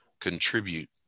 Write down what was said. contribute